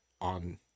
on